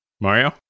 Mario